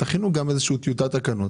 תכינו גם איזו טיוטת תקנות